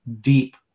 deep